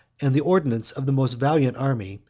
and the ordinance of the most valiant army,